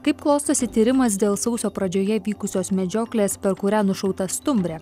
kaip klostosi tyrimas dėl sausio pradžioje vykusios medžioklės per kurią nušauta stumbrė